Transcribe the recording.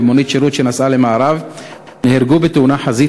במונית שירות שנסעה למערב נהרגו בתאונת חזית